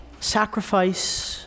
Sacrifice